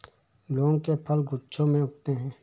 लौंग के फल गुच्छों में उगते हैं